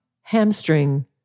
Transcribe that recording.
hamstring